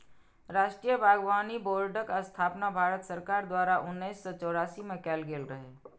राष्ट्रीय बागबानी बोर्डक स्थापना भारत सरकार द्वारा उन्नैस सय चौरासी मे कैल गेल रहै